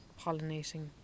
pollinating